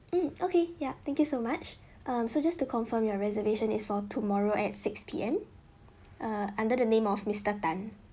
mm okay yup thank you so much um so just to confirm your reservation is for tomorrow at six P_M err under the name of mister tan